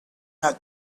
had